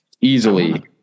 easily